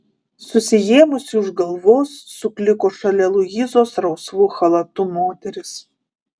susiėmusi už galvos sukliko šalia luizos rausvu chalatu moteris